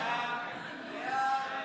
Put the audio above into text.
ההצעה להעביר